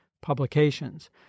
publications